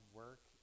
work